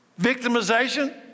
victimization